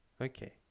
Okay